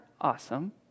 awesome